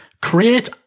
create